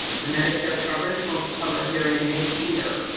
her medicare coverage won't cover hearing aids either.